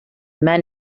men